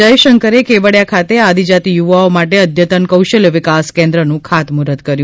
જયશંકરે કેવડીયા ખાતે આદિજાતી યુવાઓ માટે અદ્યતન કૌશલ્ય વિકાસ કેન્દ્રનું ખાતમુહૂર્ત કર્યું